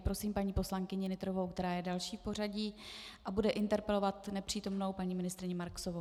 Prosím paní poslankyni Nytrovou, která je další v pořadí a bude interpelovat nepřítomnou paní ministryni Marksovou.